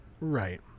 Right